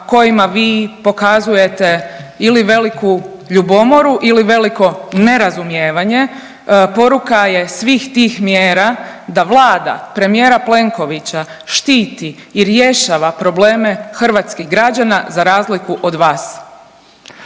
kojima vi pokazujete ili veliku ljubomoru, ili veliko nerazumijevanje, poruka je svih tih mjera da Vlada premijera Plenkovića štiti i rješava probleme hrvatskih građana za razliku od vas.